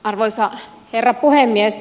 arvoisa herra puhemies